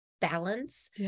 balance